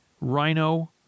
Rhino